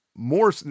more